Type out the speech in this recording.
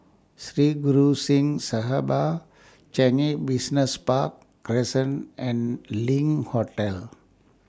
Sri Guru Singh Sabha Changi Business Park Crescent and LINK Hotel